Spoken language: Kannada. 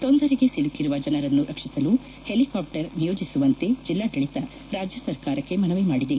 ತೊಂದರೆಗೆ ಸಿಲುಕಿರುವ ಜನರನ್ನು ರಕ್ಷಿಸಲು ಹೆಲಿಕಾಪ್ಲರ್ ನಿಯೋಜಿಸುವಂತೆ ಜಿಲ್ಲಾಡಳಿತ ರಾಜ್ಲ ಸರ್ಕಾರಕ್ಕೆ ಮನವಿ ಮಾಡಿದೆ